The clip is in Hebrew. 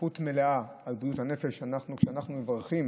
הספרות מלאה על בריאות הנפש, וכשאנחנו מברכים